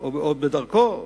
או בדרכו,